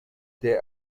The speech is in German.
der